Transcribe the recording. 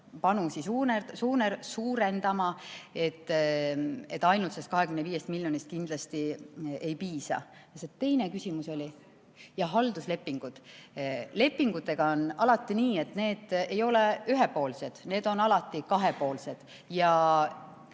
panuseid suurendama, ainult sellest 25 miljonist kindlasti ei piisa. Mis see teine küsimus oli? Jaa, halduslepingud. Lepingutega on nii, et need ei ole ühepoolsed, need on alati kahepoolsed.